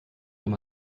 wenn